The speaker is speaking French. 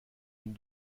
une